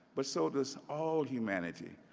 but so does all humanity.